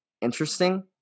interesting